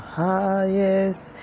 highest